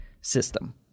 system